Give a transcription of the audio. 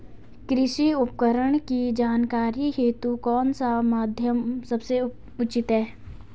कृषि उपकरण की जानकारी हेतु कौन सा माध्यम सबसे उचित है?